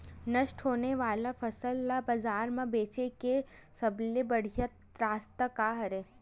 नष्ट होने वाला फसल ला बाजार मा बेचे के सबले बढ़िया रास्ता का हरे?